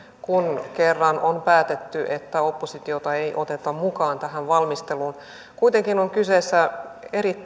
kun kerran on päätetty että oppositiota ei oteta mukaan tähän valmisteluun kuitenkin on kyse erittäin suuresta